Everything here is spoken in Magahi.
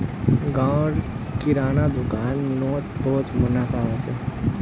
गांव र किराना दुकान नोत बहुत मुनाफा हो छे